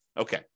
Okay